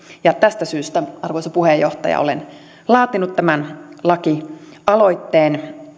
tästä syystä arvoisa puheenjohtaja olen laatinut tämän lakialoitteen